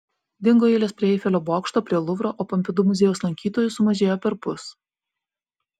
dingo eilės prie eifelio bokšto prie luvro o pompidu muziejaus lankytojų sumažėjo perpus